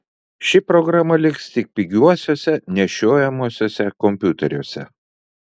ši programa liks tik pigiuosiuose nešiojamuosiuose kompiuteriuose